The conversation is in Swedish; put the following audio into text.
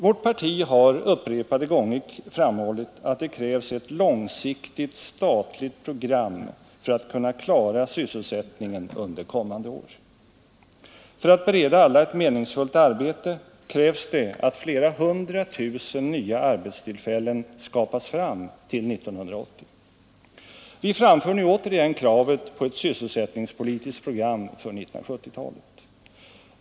Vårt parti har upprepade gånger framhållit att det krävs ett långsiktigt statligt program för att kunna klara sysselsättningen under kommande år. För att bereda alla ett meningsfullt arbete krävs det att flera hundratusen nya arbetstillfällen skapas fram till år 1980. Vi framför nu återigen kravet på ett sysselsättningspolitiskt program för 1970-talet.